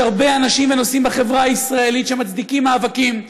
יש הרבה אנשים ונושאים בחברה הישראלית שמצדיקים מאבקים.